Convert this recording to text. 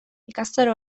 ikastaro